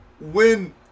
win